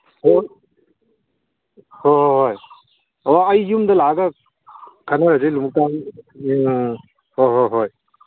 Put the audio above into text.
ꯑꯣ ꯍꯣꯏ ꯍꯣꯏ ꯍꯣꯏ ꯑꯣ ꯑꯩ ꯌꯨꯝꯗ ꯂꯥꯛꯑꯒ ꯈꯟꯅꯔꯁꯤ ꯂꯣꯡꯎꯞ ꯑꯥ ꯍꯣꯏ ꯍꯣꯏ ꯍꯣꯏ